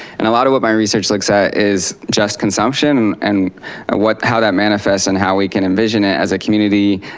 and a lot of what my research looks at is just consumption and how that manifests and how we can envision it as a community,